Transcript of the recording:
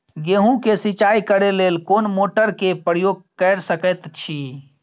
गेहूं के सिंचाई करे लेल कोन मोटर के प्रयोग कैर सकेत छी?